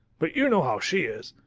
but you know how she is.